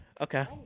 Okay